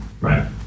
Right